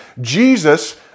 Jesus